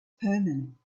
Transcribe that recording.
permanent